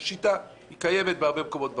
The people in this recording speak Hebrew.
זו שיטה שקיימת בהרבה מקומות בעולם.